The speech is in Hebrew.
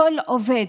כל עובד,